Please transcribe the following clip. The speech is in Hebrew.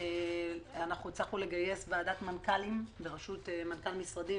אנחנו הצלחנו לגייס ועדת מנכ"לים בראשות מנכ"ל משרדי,